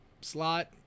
slot